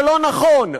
שלא נכון,